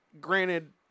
Granted